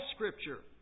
Scripture